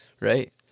right